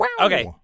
Okay